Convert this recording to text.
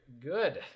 Good